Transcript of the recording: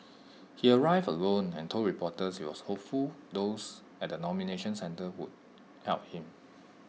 he arrived alone and told reporters he was hopeful those at the nomination centre would help him